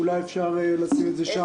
אולי אפשר לשים שם.